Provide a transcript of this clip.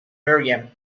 miriam